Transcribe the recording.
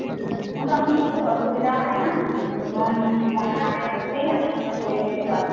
মোটামুটি কিছু অসুবিধা হয় না এবং কম দামের মধ্যেই আমি করে দিতে পারব